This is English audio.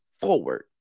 forward